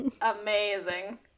amazing